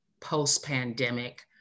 post-pandemic